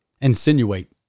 insinuate